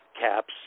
caps